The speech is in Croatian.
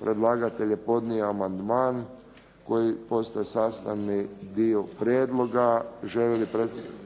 predlagatelj je podnio amandman koji postaje sastavni dio prijedloga. Želi li